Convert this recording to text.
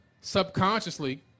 subconsciously